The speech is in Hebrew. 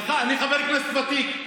אי-אפשר, אני חבר כנסת ותיק.